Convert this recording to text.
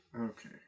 Okay